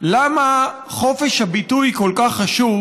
למה חופש הביטוי כל כך חשוב,